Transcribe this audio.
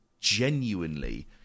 genuinely